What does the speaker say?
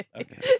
Okay